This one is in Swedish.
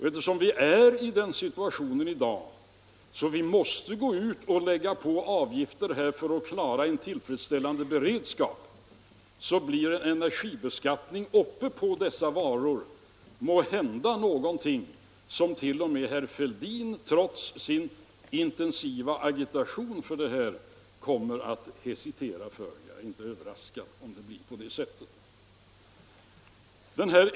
Och när vi i dag är i den situationen att vi måste lägga på avgifter för att klara en tillfredsställande beredskap, skulle jag inte bli överraskad om en energibeskattning uppe på dessa varor är något som t.o.m. herr Hermansson, trots sin intensiva agitation för detta, kommer att hesitera för.